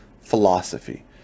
philosophy